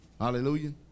Hallelujah